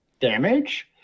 damage